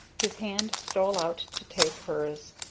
his hand stole out to take hers.